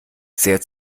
sehr